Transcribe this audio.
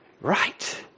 Right